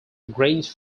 grange